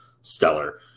stellar